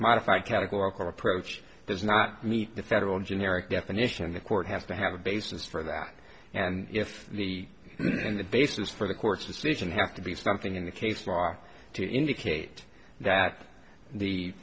modify categorical approach does not meet the federal generic definition the court has to have a basis for that and if the and the basis for the court's decision have to be something in the case law to indicate that the